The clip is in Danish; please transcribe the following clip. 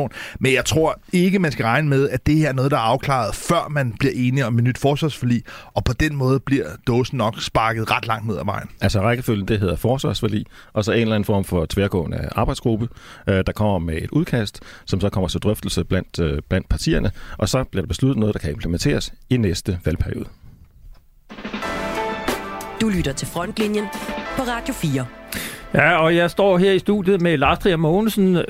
Men jeg tror ikke, man skal regne med, at det her er noget, der er afklaret, før man bliver enige om et nyt forsvarsforlig, og på den måde bliver dåsen nok sparket ret langt ned ad vejen. Altså, i rækkefølgen, det hedder forsvarsforlig, og så en eller anden form for tværgående arbejdsgruppe, øh, der kommer med et udkast, som så kommer til drøftelse blandt, øh, blandt partierne, og så bliver der besluttet noget, der kan implementeres i næste valgperiode. Du lytter til Frontlinjen på Radio 4. Ja, og jeg står her i studiet med Lars Trier Mogensen,